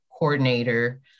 Coordinator